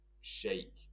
shake